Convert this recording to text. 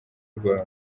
rwawe